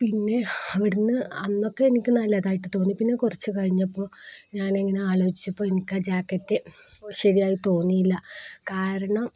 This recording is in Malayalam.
പിന്നെ അവിടുന്ന് അന്നൊക്കെ എനിക്കു നല്ലതായിട്ടു തോന്നി പിന്നെ കുറച്ചു കഴിഞ്ഞപ്പോള് ഞാനിങ്ങനെ ആലോചിച്ചപ്പോള് എനിക്കാ ജാക്കറ്റ് ശരിയായി തോന്നിയില്ല കാരണം